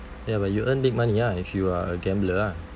ya but you earn big money ah if you are a gambler ah